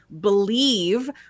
believe